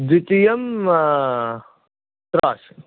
द्वितीयं क्रास्